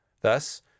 Thus